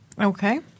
okay